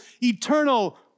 eternal